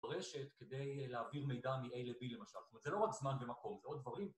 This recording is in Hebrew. רשת כדי להעביר מידע מ-A ל-B למשל. זאת אומרת, זה לא רק זמן ומקום, זה עוד דברים.